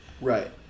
Right